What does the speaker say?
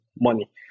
money